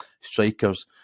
strikers